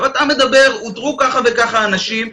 עכשיו אתה מדבר: אותרו כך וכך אנשים.